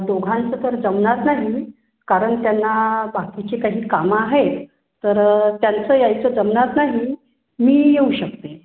दोघांचं तर जमणार नाही कारण त्यांना बाकीची काही कामं आहेत तर त्यांचं यायचं जमणार नाही मी येऊ शकते